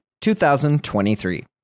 2023